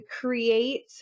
create